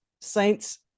saints